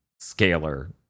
scalar